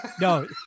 no